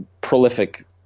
prolific